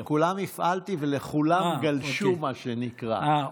לכולם הפעלתי, וכולם גלשו, מה שנקרא.